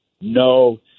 no